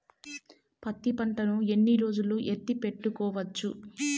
పత్తి పంటను ఎన్ని రోజులు ఎత్తి పెట్టుకోవచ్చు?